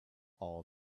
all